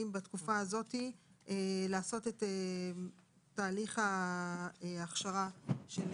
בתקופה הזאת לעשות את תהליך ההכשרה של